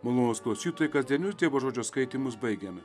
malonūs klausytojai kasdienius dievo žodžio skaitymus baigėme